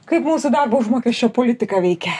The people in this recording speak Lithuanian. kaip mūsų darbo užmokesčio politika veikia